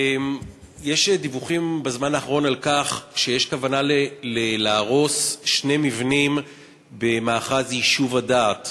יש בזמן האחרון דיווחים על כוונה להרוס שני מבנים במאחז יישוב-הדעת